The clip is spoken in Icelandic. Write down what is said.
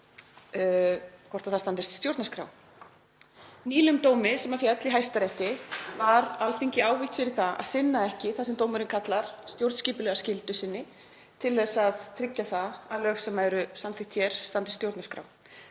hvort það standist stjórnarskrá. Í nýlegum dómi sem féll í Hæstarétti var Alþingi ávítt fyrir að sinna ekki því sem dómurinn kallar stjórnskipulega skyldu þess til að tryggja það að lög sem eru samþykkt hér standist stjórnarskrá.